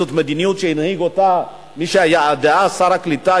זאת מדיניות שהנהיג אותה מי שהיה אז שר הקליטה,